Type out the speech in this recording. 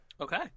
Okay